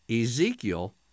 Ezekiel